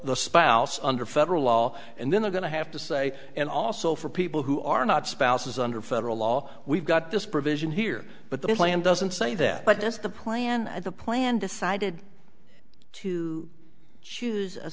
the spouse under federal law and then they're going to have to say and also for people who are not spouses under federal law we've got this provision here but the plan doesn't say that but that's the plan the plan decided to choose a